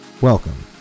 welcome